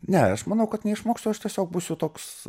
ne aš manau kad neišmoksiu aš tiesiog būsiu toks